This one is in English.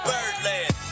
Birdland